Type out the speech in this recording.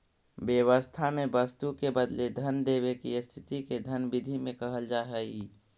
व्यवस्था में वस्तु के बदले धन देवे के स्थिति के धन विधि में कहल जा हई